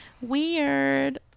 Weird